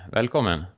Välkommen